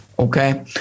Okay